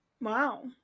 Wow